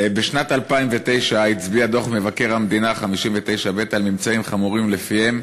בשנת 2009 הצביע דוח מבקר המדינה 59ב על ממצאים חמורים שלפיהם